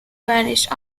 vanished